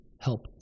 help